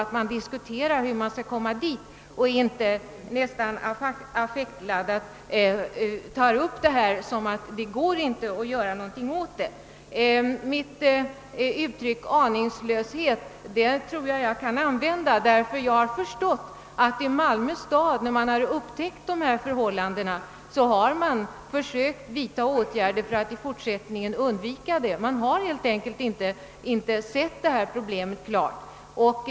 Vi måste diskutera metoderna för att lyckas undvika att som fru Sundberg nästan affektladdat framhålla att det inte går att göra någonting åt saken. Mitt uttryck »aningslöshet» kan nog användas ty jag har förstått att när man i Malmö stad upptäckt de här förhållandena har man försökt vidta åtgärder för att i fortsättningen undvika olägenheterna. Tidigare har man helt enkelt inte sett problemet klart.